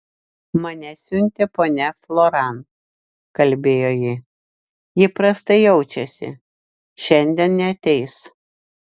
mane siuntė ponia floran kalbėjo ji ji prastai jaučiasi šiandien neateis